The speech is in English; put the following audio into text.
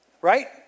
right